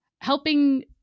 helping